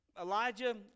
Elijah